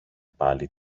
πάλι